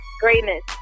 greatness